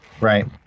Right